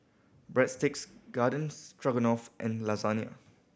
Breadsticks Garden Stroganoff and Lasagna